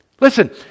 Listen